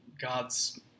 God's